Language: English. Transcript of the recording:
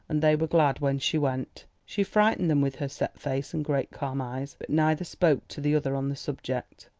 and they were glad when she went. she frightened them with her set face and great calm eyes. but neither spoke to the other on the subject.